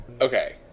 okay